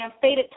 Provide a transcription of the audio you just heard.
Faded